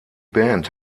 band